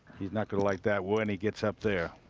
he's not gonna like that when he gets up there.